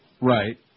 Right